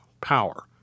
power